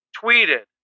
tweeted